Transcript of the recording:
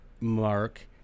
mark